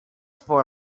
for